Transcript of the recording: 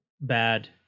bad